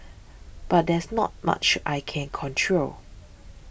but there's not much I can control